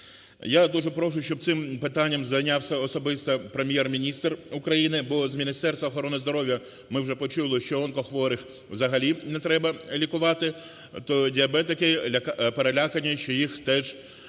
Я дуже прошу, щоб цим питанням зайнявся особисто Прем’єр-міністр України, бо з Міністерства охорони здоров'я ми вже почули, що онкохворих взагалі не треба лікувати, то діабетики перелякані, що їх теж не треба